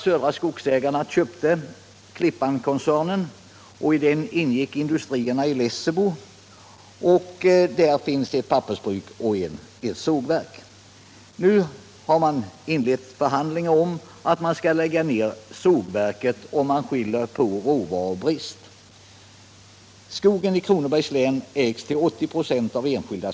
Södra Skogsägarna AB köpte Klippankoncernen och i den ingick industrierna i Lessebo. Där finns ett pappersbruk och ett sågverk. Nu har man inlett förhandlingar om ett nedläggande av sågverket. Man skyller på råvarubrist. Skogen i Kronobergs län ägs till 80 96 av enskilda.